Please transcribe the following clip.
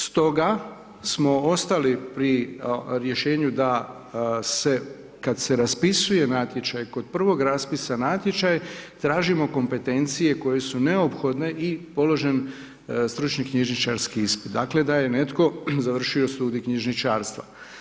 Stoga smo ostali pri rješenju da kada se raspisuje natječaj, kod prvog raspisa natječaj tražimo kompetencije koje su neophodne i položen stručni knjižničarski ispit dakle da je netko završio studij knjižničarstva.